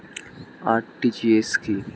RTGS কি?